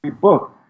book